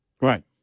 Right